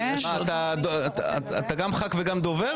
אתה גם ח"כ וגם דובר?